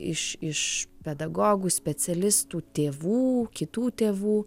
iš iš pedagogų specialistų tėvų kitų tėvų